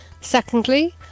Secondly